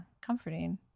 comforting